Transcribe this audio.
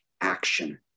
action